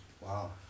Wow